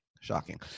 Shocking